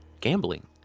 gambling